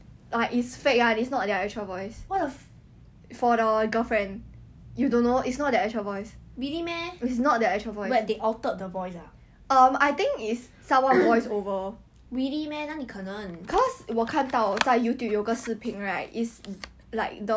no you just talk normally 你你 just 讲话 is 讲正常的 just normal then like someone will dub like someone will voice over ya it is what it is your acting what it's just that your voice is different only